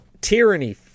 Tyranny